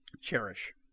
Cherish